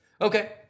okay